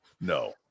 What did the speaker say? no